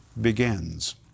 begins